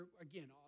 again